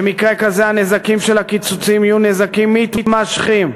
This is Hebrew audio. במקרה כזה הנזקים של הקיצוצים יהיו נזקים מתמשכים,